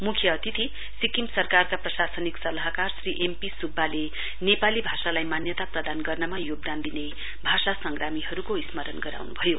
मुख्य अतिथि सिक्किम सरकारका प्रशासनिक सल्लाहकार श्री एम पी सुब्बाले नेपाली भाषालाई मान्यता प्रदान गर्नमा योगदान दिने भाषा संग्रामीहरूको स्मरण गराउनुभयो